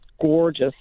gorgeous